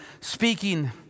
speaking